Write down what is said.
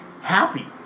happy